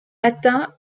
atteint